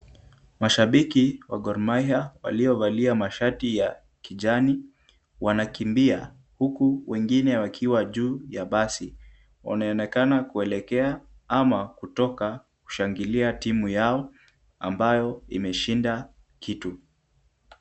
Mashabiki wa Gor mahia waliyovalia mashati ya kijani, wanakimbia huku wengine wakiwa juu ya basi. Wanaonekana kuelekea ama kutoka kushangilia timu yao ambayo imeshinda kitu.